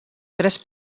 tres